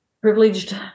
privileged